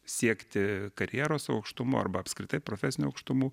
siekti karjeros aukštumų arba apskritai profesinių aukštumų